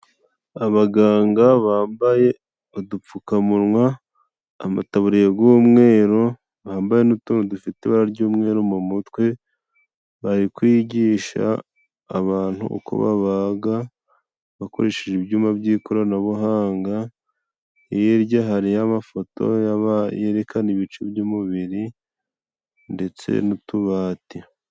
Abaganga bambaye udupfukamunwa, amataburiya g'umweru, bambaye n'utuntu dufite ibara ry'umweru mu mutwe. Bari kwigisha abantu uko babaga bakoresheje ibyuma by'ikoranabuhanga, hirya hariyo amafoto yerekana ibice by'umubiri ndetse n'utubati.